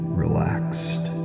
relaxed